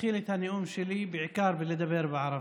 להתחיל את הנאום שלי בעיקר בלדבר בערבית.